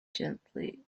gently